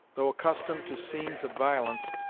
though accustomed to scenes of violence,